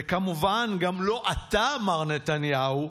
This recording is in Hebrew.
וכמובן גם לא אתה" מר נתניהו,